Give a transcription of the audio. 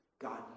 God